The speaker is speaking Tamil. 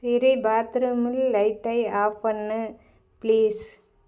சிரி பாத்ரூமில் லைட்டை ஆஃப் பண்ணு ப்ளீஸ்